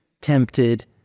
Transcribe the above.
tempted